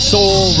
Soul